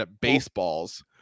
baseballs